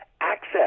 access